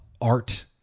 art